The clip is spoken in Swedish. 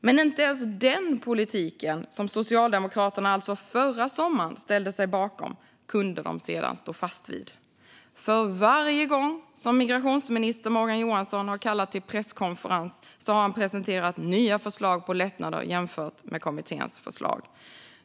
Men inte ens den politiken, som Socialdemokraterna förra sommaren alltså ställde sig bakom, kunde de stå fast vid. För varje gång som migrationsminister Morgan Johansson har kallat till presskonferens har han presenterat nya förslag på lättnader jämfört med kommitténs förslag.